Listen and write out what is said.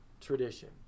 tradition